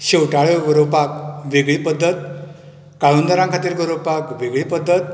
शेवटाळ्यो गोरोवपाक वेगळी पद्दत काळूदरां खातीर गोरोवपाक वेळी पद्दत